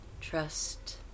Trust